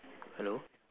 hello